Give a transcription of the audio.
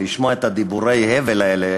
כשהם שומעים את דיבורי ההבל האלה